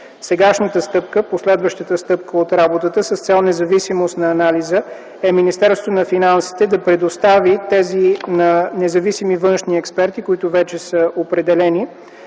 Сегашната стъпка, последващата стъпка от работата с цел независимост на анализа е Министерството на финансите да предостави на независими външни експерти, които вече са определени,